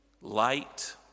light